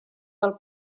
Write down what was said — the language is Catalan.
del